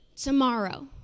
tomorrow